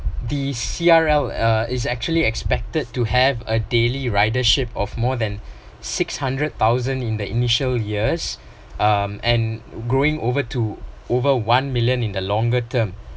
D_C_R_L uh is actually expected to have a daily ridership of more than six hundred thousand in the initial years um and growing over to over one million in the longer term